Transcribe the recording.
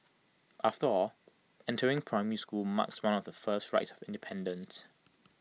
after all entering primary school marks one of the first rites of independence